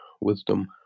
Wisdom